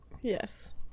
Yes